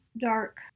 dark